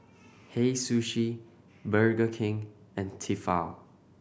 Hei Sushi Burger King and Tefal